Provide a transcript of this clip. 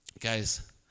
guys